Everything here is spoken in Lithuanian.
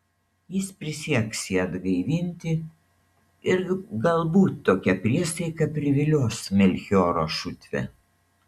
jis prisieks ją atgaivinti ir galbūt tokia priesaika privilios melchioro šutvę